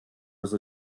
with